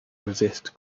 resist